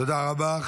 תודה רבה.